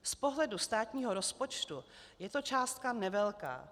Z pohledu státního rozpočtu je to částka nevelká.